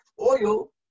oil